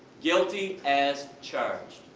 guilty as charged.